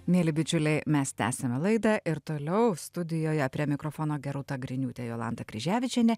mieli bičiuliai mes tęsiame laidą ir toliau studijoje prie mikrofono geruta griniūtė jolanta kryževičienė